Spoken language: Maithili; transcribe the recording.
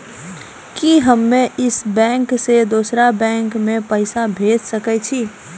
कि हम्मे इस बैंक सें दोसर बैंक मे पैसा भेज सकै छी?